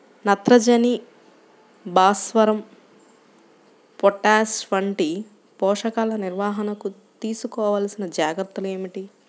నత్రజని, భాస్వరం, పొటాష్ వంటి పోషకాల నిర్వహణకు తీసుకోవలసిన జాగ్రత్తలు ఏమిటీ?